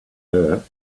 her